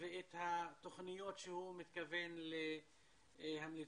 ואת התוכניות שהוא מתכוון לאמץ.